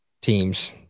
teams